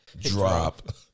drop